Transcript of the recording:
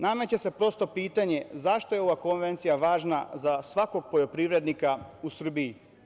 Nameće se prosto pitanje – zašto je ova konvencija važna za svakog poljoprivrednika u Srbiji?